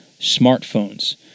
smartphones